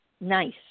nice